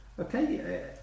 Okay